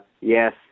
yes